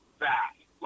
fast